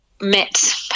met